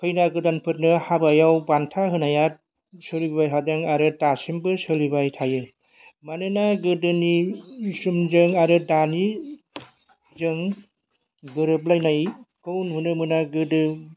खैना गोदानफोरनो हाबायाव बान्था होनाया सोलिबोबाय थादों आरो दासिमबो सोलिबाय थायो मानोना गोदोनि समजों आरो दानिजों गोरोबलायनायखौ नुनो मोना गोदो